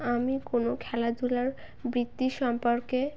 আমি কোনো খেলাধূলার বৃত্তি সম্পর্কে